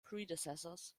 predecessors